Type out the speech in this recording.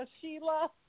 Sheila